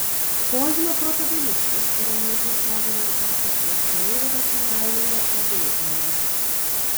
požemio protagonistas rengia tiesioginę ataką prieš naivią racionaliojo egoizmo logiką